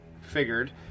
figured